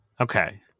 Okay